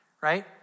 right